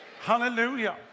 hallelujah